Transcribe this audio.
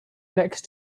next